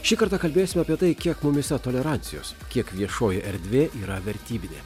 šį kartą kalbėsime apie tai kiek mumyse tolerancijos kiek viešoji erdvė yra vertybinė